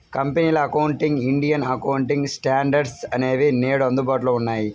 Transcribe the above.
కంపెనీల accounting, Indian accounting standards అనేవి నేడు అందుబాటులో ఉన్నాయి